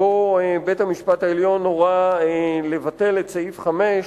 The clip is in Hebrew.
שבו בית-המשפט העליון הורה לבטל את סעיף 5,